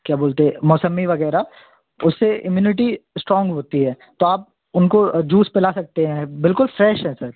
क्या बोलते है मौसम्बी वगैरह उससे इम्यूनिटी इस्ट्राॅन्ग होती है तो आप उनको जूस पिला सकते हैं बिल्कुल फ़्रेश है सर